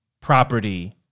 property